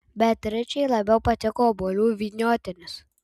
beatričei labiau patiko obuolių vyniotinis